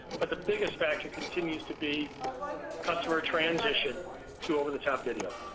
but the biggest factor continues to be customer transition to over-the-top video.